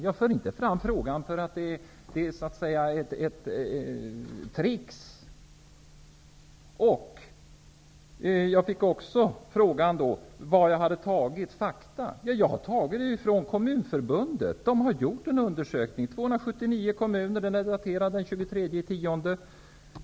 Jag för inte fram den därför att det skulle så att säga vara ett trick! Jag fick också frågan varifrån jag hade tagit fakta. Jag har tagit dem från Kommunförbundet, som har gjort en undersökning, daterad den 23 oktober.